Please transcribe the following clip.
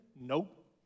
Nope